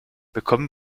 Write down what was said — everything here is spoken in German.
bekommen